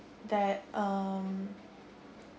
that um